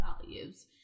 values